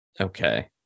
okay